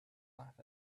laugh